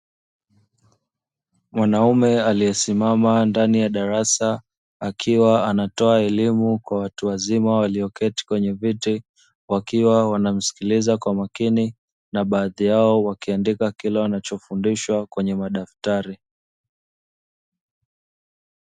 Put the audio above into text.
Mwanaume aliyesimama ndani ya darasa, akiwa anatoa elimu kwa watu wazima, walioketi kwenye viti wakiwa wanamsikilizaji kwa makini na baadhi yao wakiandika kile wanachofundishwa kwenye madaftari.